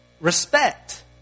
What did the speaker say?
Respect